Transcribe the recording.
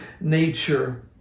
nature